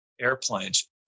airplanes